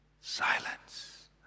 silence